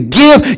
give